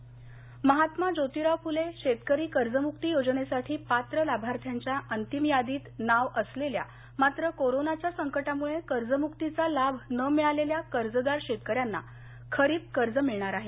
कर्जमक्ती महात्मा जोतिराव फुले शेतकरी कर्जमुक्ती योजनेसाठी पात्र लाभार्थ्यांच्या अंतिम यादीत नाव असलेल्या मात्र कोरोनाच्या संकटामुळे कर्जमुक्तीचा लाभ न मिळालेल्या कर्जदार शेतकऱ्यांना खरीप कर्ज मिळणार आहे